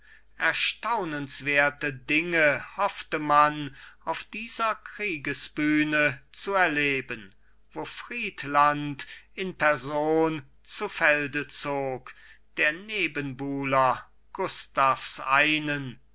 erstaunenswerte dinge hoffte man auf dieser kriegesbühne zu erleben wo friedland in person zu felde zog der nebenbuhler gustavs einen